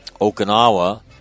Okinawa